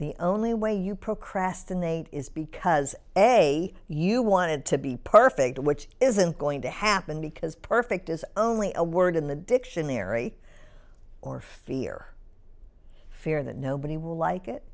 the only way you pro creston the is because a you wanted to be perfect which isn't going to happen because perfect is only a word in the dictionary or fear fear that nobody will like it